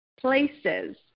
places